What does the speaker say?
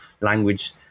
language